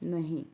नहीं